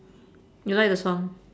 you like the song